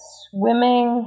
swimming